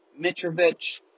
Mitrovic